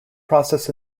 process